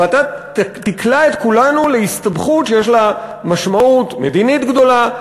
ואתה תקלע את כולנו להסתבכות שיש לה משמעות מדינית גדולה.